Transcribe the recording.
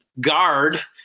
guard